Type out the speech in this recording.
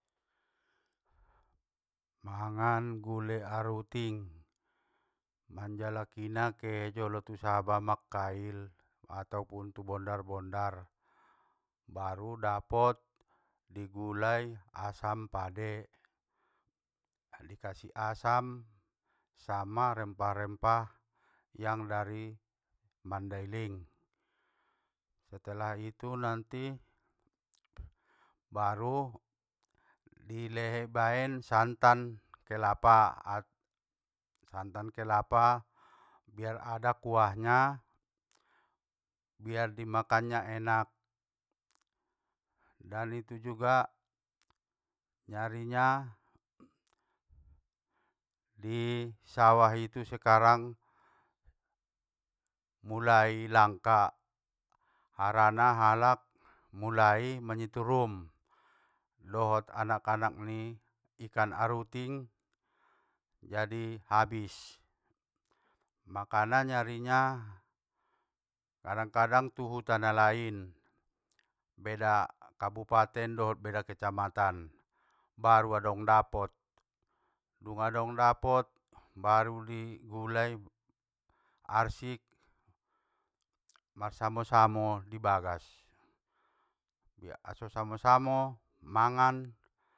Mangan gule aruting, manjalakina kejolo tusaba makkail, atopun tu bondar bondar, baru dapot, digulai asam padeh, di kasih asam, sama rempah rempah, yang dari mandailing, setelah itu nanti, baru dilehe- dibaen santan kelapa at santan kelapa biar ada kuahnya biar dimakannya enak, dan itu juga nyarina di sawah itu sekarang, mulai langka, harana halak mulai manyiturum, dohot anak anak ni ikan aruting, jadi habis. Makana nyarina, kadang kadang tu huta na lain, beda kabupaten dot beda kecamatan baru adong dapot, dung adong dapot baru di gulai, arsik marsamo samo dibagas, aso samo samo mangan.